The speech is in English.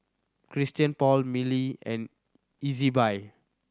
Christian Paul Mili and Ezbuy